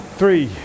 three